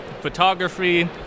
photography